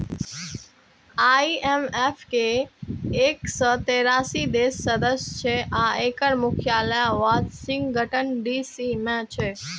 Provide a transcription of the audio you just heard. IMF के एक सय तेरासी देश सदस्य छै आ एकर मुख्यालय वाशिंगटन डी.सी मे छै